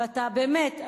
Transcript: ובאמת,